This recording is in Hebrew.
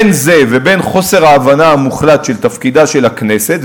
בין זה ובין חוסר ההבנה המוחלט של תפקידה של הכנסת,